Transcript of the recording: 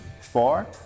four